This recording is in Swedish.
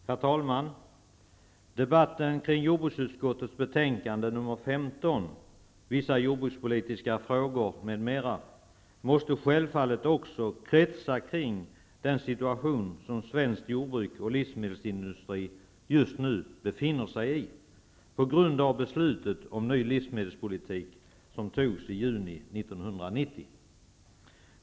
Herr talman! Debatten om jordbruksutskottets betänkande nr 15 -- Vissa jordbrukspolitiska frågor, m.m. -- måste självfallet också kretsa kring den situation som svenskt jordbruk och svensk livsmedelsindustri just nu befinner sig i på grund av det beslut om ny livsmedelspolitik som fattades i juni 1990.